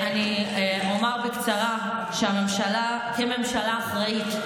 אומר בקצרה שהממשלה, כממשלה, אחראית.